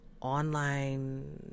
online